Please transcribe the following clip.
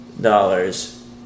dollars